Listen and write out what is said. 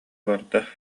барда